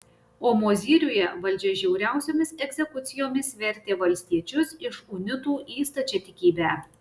o mozyriuje valdžia žiauriausiomis egzekucijomis vertė valstiečius iš unitų į stačiatikybę